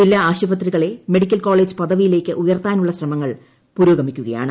ജില്ലാ ആശുപത്രികളെ medical college പദവിയിലേക്ക് ഉയർത്താനുള്ള ശ്രമങ്ങൾ പുരോഗമി ക്കുകയാണ്